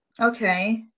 Okay